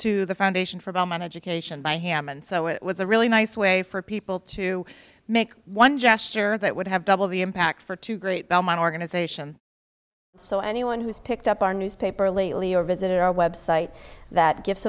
to the foundation for the manage occasioned by hammond so it was a really nice way for people to make one gesture that would have doubled the impact for two great belmont organization so anyone who's picked up our newspaper lately or visit our website that gifts